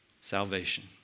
Salvation